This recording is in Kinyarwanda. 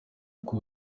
uko